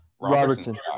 Robertson